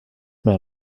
med